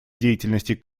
деятельности